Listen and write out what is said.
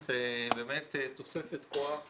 את באמת תוספת כוח,